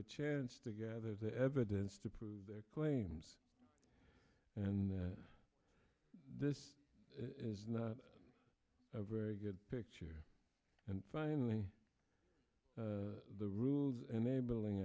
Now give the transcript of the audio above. a chance to gather the evidence to prove their claims and this is not a very good picture and finally the rules and they building